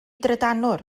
drydanwr